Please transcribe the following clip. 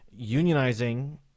unionizing